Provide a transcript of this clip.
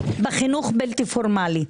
בחינוך בלתי פורמלי.